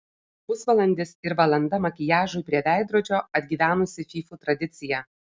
pusvalandis ir valanda makiažui prie veidrodžio atgyvenusi fyfų tradicija